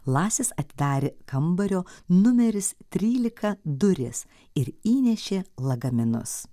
lasis atidarė kambario numeris trylika duris ir įnešė lagaminus